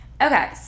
Okay